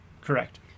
Correct